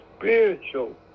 Spiritual